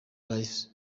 life